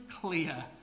clear